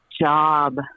job